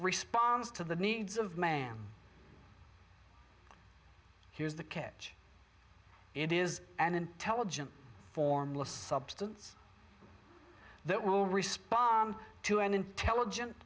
responds to the needs of man here's the catch it is an intelligent formless substance that will respond to an intelligent